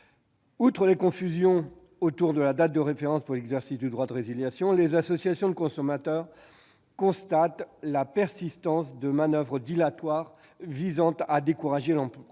Outre les confusions autour de la date de référence pour l'exercice du droit de résiliation, les associations de consommateurs constatent la persistance de manoeuvres dilatoires visant à décourager l'emprunteur.